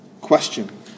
question